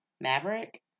maverick